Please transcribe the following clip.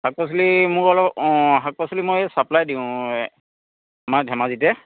শাক পাচলি মোৰ অলপ অ' শাক পাচলি মই চাপ্লাই দিওঁ আমাৰ ধেমাজিতে